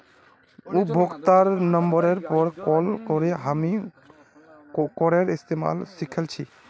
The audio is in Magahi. उपभोक्तार नंबरेर पर कॉल करे हामी कार्डेर इस्तमाल सिखल छि